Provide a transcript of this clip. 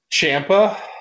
Champa